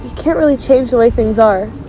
cant really change the way things are